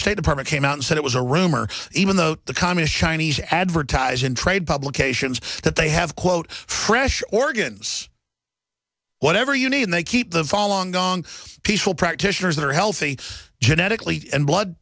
state department came out and said it was a rumor even though the communist chinese advertise in trade publications that they have quote fresh organs whatever you need and they keep the following gong peaceful practitioners that are healthy genetically and blood